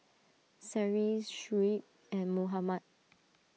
Seri Shuib and Muhammad